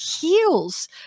heals